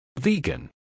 Vegan